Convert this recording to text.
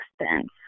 expense